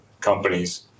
companies